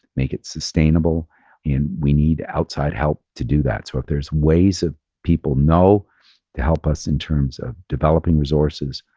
make it sustainable and we need outside help to do that. so if there's ways people know to help us in terms of developing resources,